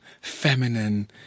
feminine